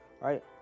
right